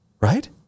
Right